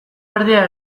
erdia